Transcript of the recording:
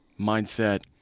mindset